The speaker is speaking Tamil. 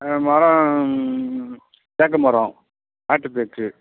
மரம் தேக்கு மரம் நாட்டுத் தேக்கு